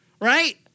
right